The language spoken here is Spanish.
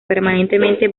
permanentemente